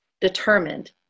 determined